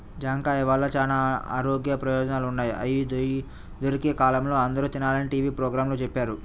జాంకాయల వల్ల చానా ఆరోగ్య ప్రయోజనాలు ఉన్నయ్, అయ్యి దొరికే కాలంలో అందరూ తినాలని టీవీ పోగ్రాంలో చెప్పారు